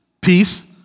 peace